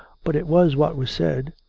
but it was what was said.